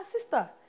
sister